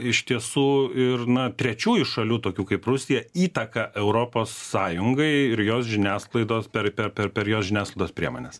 iš tiesų ir na trečiųjų šalių tokių kaip rusija įtaka europos sąjungai ir jos žiniasklaidos per per per jos žiniasklaidos priemones